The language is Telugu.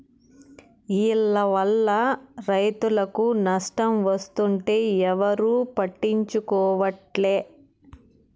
ఈల్ల వల్ల రైతులకు నష్టం వస్తుంటే ఎవరూ పట్టించుకోవట్లే